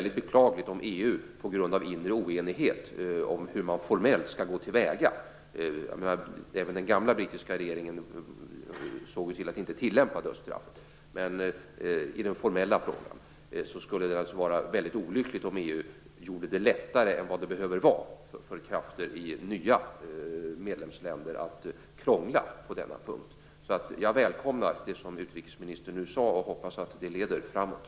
Den gamla brittiska regeringen såg ju till att inte tillämpa dödsstraffet, men det är beklagligt om EU på grund av inre oenighet om hur man formellt skall gå till väga gör det lättare än det behöver vara för krafter i nya medlemsländer att krångla på denna punkt. Därför välkomnar jag det som utrikesministern nu sade och hoppas att det leder framåt.